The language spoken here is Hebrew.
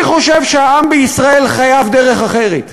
אני חושב שהעם בישראל חייב דרך אחרת.